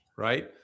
Right